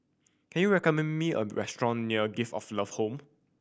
can you recommend me a restaurant near Gift of Love Home